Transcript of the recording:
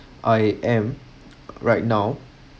I am right now